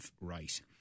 right